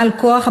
בבקשה.